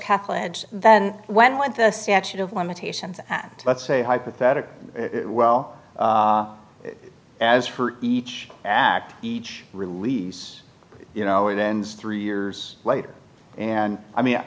kathleen then when what the statute of limitations let's say hypothetically well as for each act each release you know it ends three years later and i mean